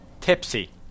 tipsy